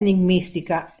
enigmistica